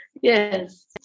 Yes